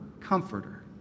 comforter